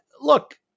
look